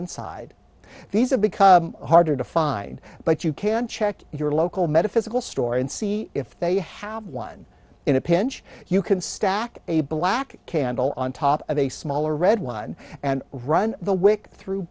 inside these are because harder to find but you can check your local metaphysical store and see if they have one in a pinch you can stack a black candle on top of a smaller red one and run the wick through